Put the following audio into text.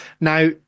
Now